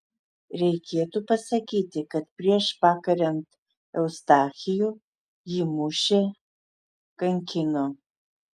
reikėtų pasakyti kad prieš pakariant eustachijų jį mušė kankino